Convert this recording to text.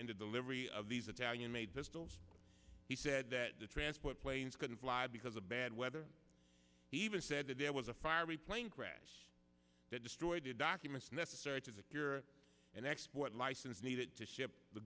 in the delivery of these italian made distills he said that the transport planes couldn't fly because of bad weather even said that there was a fire the plane crash that destroyed the documents necessary to secure an export license needed to ship the